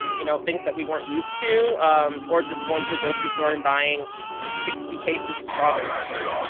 you know, things that we weren't used to um or just going to a grocery store and buying sixty cases of strawberries,